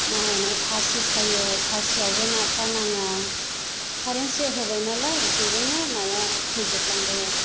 माहोनो फासि सायो फासियावबो नाफ्रा नाङा कारेन स'ख होबाय नालाय बेजोंनो नाया थैजोबलांबाय आरो